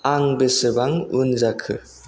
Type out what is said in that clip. आं बेसेबां उन जाखो